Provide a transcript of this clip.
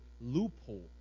loophole